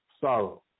sorrow